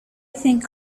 think